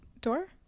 Door